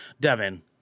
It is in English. Devin